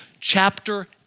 chapter